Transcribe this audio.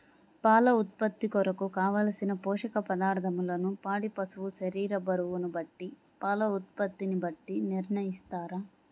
పాల ఉత్పత్తి కొరకు, కావలసిన పోషక పదార్ధములను పాడి పశువు శరీర బరువును బట్టి పాల ఉత్పత్తిని బట్టి నిర్ణయిస్తారా?